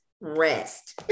rest